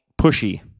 pushy